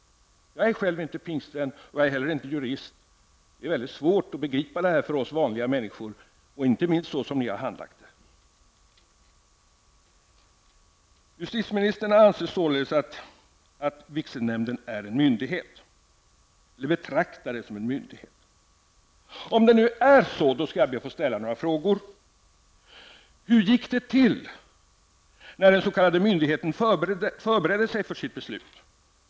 Jag är själv inte pingstvän och jag är heller inte jurist. Det är mycket svårt för oss vanliga människor att begripa detta, inte minst såsom ni har handlagt ärendet. Justitieministern betraktar således vigselnämnden som en myndighet. Om det nu är så, skall jag be att få ställa några frågor: Hur gick det till när den s.k. myndigheten förberedde sig för sitt beslut?